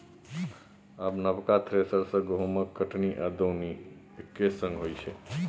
आब नबका थ्रेसर सँ गहुँमक कटनी आ दौनी एक्के संग होइ छै